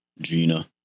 Gina